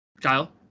Kyle